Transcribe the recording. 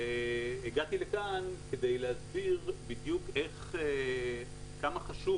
הגעתי לכאן כדי להסביר בדיוק כמה חשוב